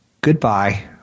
goodbye